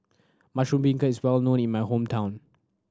mushroom beancurd is well known in my hometown